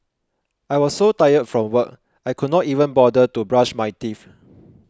I was so tired from work I could not even bother to brush my teeth